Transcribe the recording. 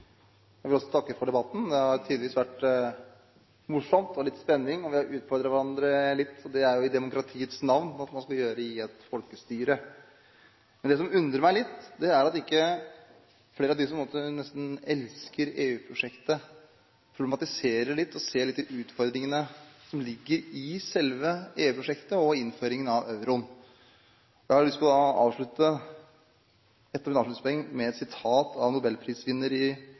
Jeg vil også takke for debatten. Det har tidvis vært morsomt, litt spenning, og vi har utfordret hverandre litt. Det ligger det jo i demokratiets navn at man skal gjøre, nettopp i et folkestyre. Men det som undrer meg, er at ikke flere av dem som nesten elsker EU-prosjektet, problematiserer litt og ser de utfordringene som ligger i selve EU-prosjektet og innføringen av euroen. Jeg har lyst til å avslutte – et avslutningspoeng – med et sitat av nobelprisvinner